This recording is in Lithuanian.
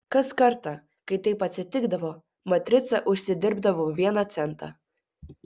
kas kartą kai taip atsitikdavo matrica užsidirbdavo vieną centą